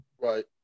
Right